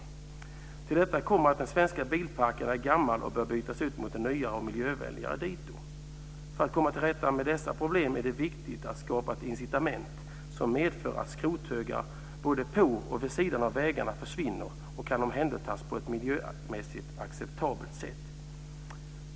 Till detta kommer att den svenska bilparken är gammal och bör bytas ut mot en nyare och miljövänligare dito. För att komma till rätta med dessa problem är det viktigt att skapa ett incitament som medför att skrothögar både på och vid sidan av vägarna försvinner och kan omhändertas på ett miljömässigt acceptabelt sätt.